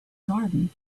garden